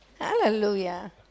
Hallelujah